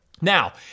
Now